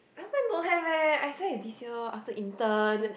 last time don't have eh I swear is this year lor after intern